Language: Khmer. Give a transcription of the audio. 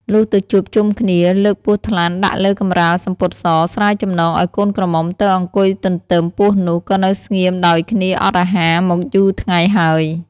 លុះទៅជួប ជុំគ្នា លើកពស់ថ្លាន់ដាក់លើកំរាលសំពត់ស ស្រាយចំណងឱ្យកូនក្រមុំទៅអង្គុយទន្ទឹម ពស់នោះ ក៏នៅស្ងៀមដោយគ្នា អត់អាហារមកយូរថ្ងៃហើយ ។